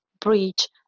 bridge